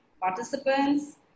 participants